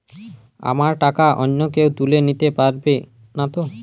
আমার টাকা অন্য কেউ তুলে নিতে পারবে নাতো?